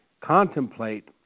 contemplate